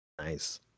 nice